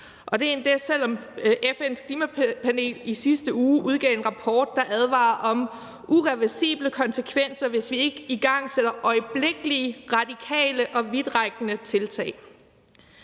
det endda, selv om FN's Klimapanel i sidste uge udgav en rapport, der advarer om irreversible konsekvenser, hvis ikke vi igangsætter øjeblikkelige radikale og vidtrækkende tiltag.